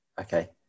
okay